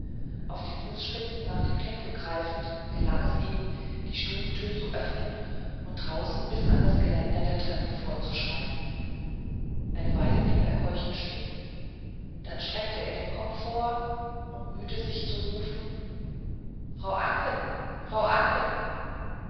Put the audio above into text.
auf den fußspitzen nach der klinke greifend gelang es ihm die stubentür zu öffnen und draußen bis an das geländer der treppe vorzuschreiten eine weile blieb er keuchend stehen dann streckte er den kopf vor und bemühte sich zu rufen frau anken frau anken